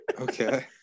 Okay